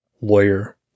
lawyer